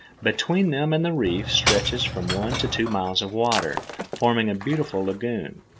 between them and the reef stretches from one to two miles of water, forming a beautiful lagoon.